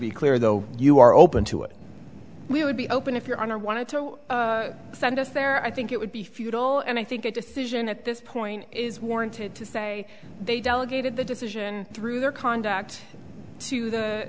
be clear though you are open to it we would be open if your honor wanted to send us there i think it would be futile and i think a decision at this point is warranted to say they delegated the decision through their conduct to th